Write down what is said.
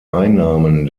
einnahmen